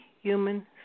human